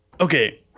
Okay